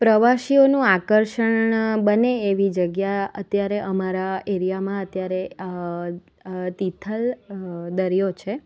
પ્રવાસીઓનું આકર્ષણ બને એવી જગ્યા અત્યારે અમારા એરિયામાં અત્યારે તિથલ દરિયો છે